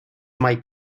might